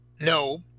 no